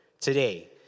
Today